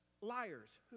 Liars